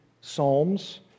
psalms